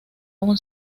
una